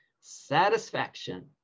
satisfaction